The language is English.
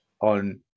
on